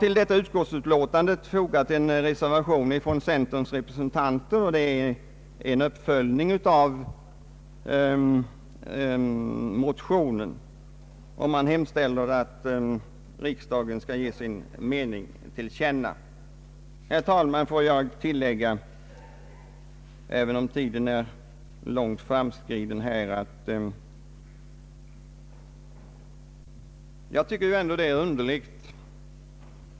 Till detta utskottsutlåtande har fogats en reservation från centerpartiets representanter, vilken är en uppföljning av motionerna. I reservationen hemställes att riksdagen skall ge sin mening till känna. Herr talman! Låt mig tillägga, även om tiden är långt framskriden, att jag ändå tycker att detta är underligt.